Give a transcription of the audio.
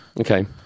Okay